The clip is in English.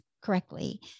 Correctly